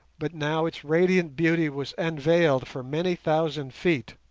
but now its radiant beauty was unveiled for many thousand feet,